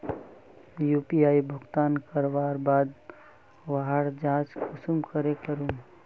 UPI भुगतान करवार बाद वहार जाँच कुंसम करे करूम?